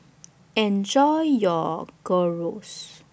Enjoy your Gyros